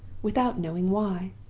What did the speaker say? without knowing why!